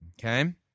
Okay